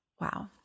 Wow